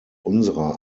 unserer